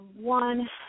one